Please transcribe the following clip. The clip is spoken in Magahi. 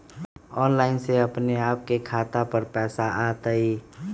ऑनलाइन से अपने के खाता पर पैसा आ तई?